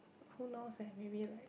who knows eh maybe like